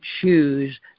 choose